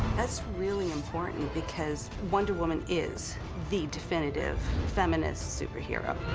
that's really important because wonder woman is the definitive feminist superhero.